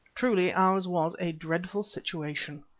truly ours was a dreadful situation.